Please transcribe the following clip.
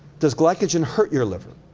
does glycogen hurt your liver?